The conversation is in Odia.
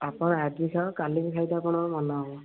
ଆପଣ ଆଜି ଖାଅ କାଲିକି ଖାଇତେ ଆପଣଙ୍କର ମନ ହବ